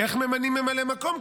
איך ממנים ממלא מקום,